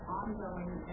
ongoing